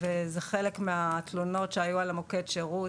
זה חלק מהתלונות שהיו על מוקד השירות,